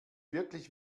wirklich